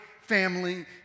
family